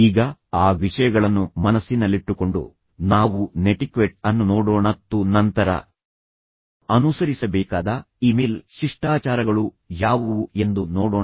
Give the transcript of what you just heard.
ಈಗ ಆ ವಿಷಯಗಳನ್ನು ಮನಸ್ಸಿನಲ್ಲಿಟ್ಟುಕೊಂಡು ನಾವು ನೆಟಿಕ್ವೆಟ್ ಅನ್ನು ನೋಡೋಣ ಮತ್ತು ನಂತರ ಅನುಸರಿಸಬೇಕಾದ ಇಮೇಲ್ ಶಿಷ್ಟಾಚಾರಗಳು ಯಾವುವು ಎಂದು ನೋಡೋಣ